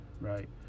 right